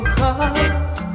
cause